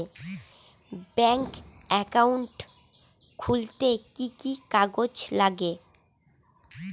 Bank account খুলতে কি কি কাগজ লাগে?